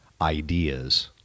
ideas